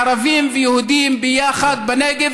ערבים ויהודים ביחד בנגב,